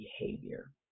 behavior